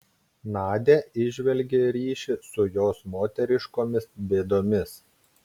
nadia įžvelgė ryšį su jos moteriškomis bėdomis